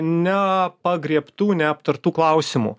nepagriebtų neaptartų klausimų